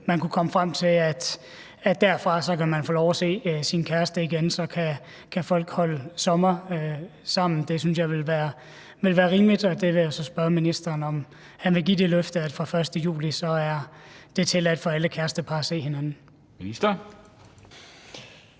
kunne komme frem til, at man derfra kan få lov at se sin kæreste igen. Så kan folk holde sommer sammen, og det synes jeg ville være rimeligt. Så jeg vil spørge ministeren, om han vil give det løfte, at det fra den 1. juli er tilladt for alle kærestepar at se hinanden. Kl.